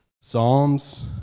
Psalms